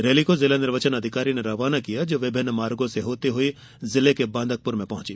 rally को जिला निर्वाचन अधिकारी ने रवाना किया जो विभिन्न मार्गो से होती हई बांदकपुर पहुंची